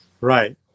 Right